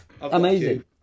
Amazing